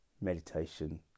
meditation